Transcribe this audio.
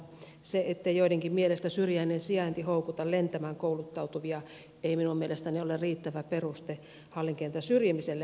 se ettei joidenkin mielestä syrjäinen sijainti houkuta lentämään kouluttautuvia ei minun mielestäni ole riittävä peruste hallin kentän syrjimiselle